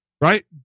right